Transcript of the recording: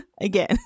again